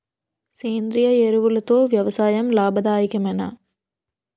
సేంద్రీయ ఎరువులతో వ్యవసాయం లాభదాయకమేనా?